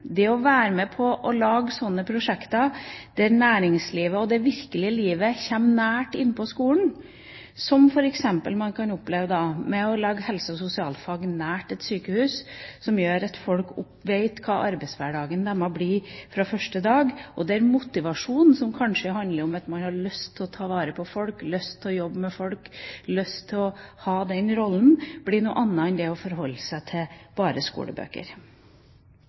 Det å være med på å lage slike prosjekter der næringslivet og det virkelige livet kommer nært inn på skolen, som man f.eks. kan oppleve ved å legge en helse- og sosialfaglinje nær et sykehus, gjør at folk fra første dag vet hva arbeidshverdagen deres blir, og at motivasjonen, som kanskje handler om at man har lyst til å ta vare på folk, lyst til å jobbe med folk, lyst til å ha den rollen, springer ut av noe annet enn det bare å forholde seg til skolebøker.